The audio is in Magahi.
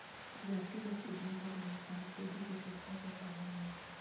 जातीगत उद्यमिता द्वारा सांस्कृतिक विशेषता के बढ़ाबा मिलइ छइ